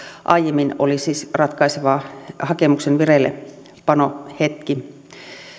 aiemmin oli siis ratkaisevaa hakemuksen vireillepanohetki